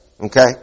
Okay